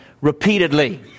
repeatedly